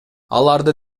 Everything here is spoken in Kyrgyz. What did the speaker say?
аларды